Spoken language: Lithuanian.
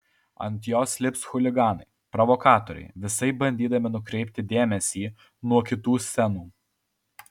ant jos lips chuliganai provokatoriai visaip bandydami nukreipti dėmesį nuo kitų scenų